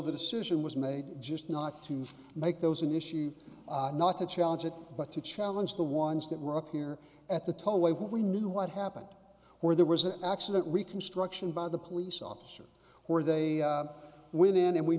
the decision was made just not to make those an issue not to challenge it but to challenge the ones that were up here at the tollway what we knew what happened where there was an accident reconstruction by the police officer where they went in and we